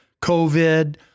COVID